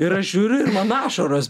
ir aš žiūriu ir man ašaros